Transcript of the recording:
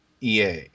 EA